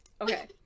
Okay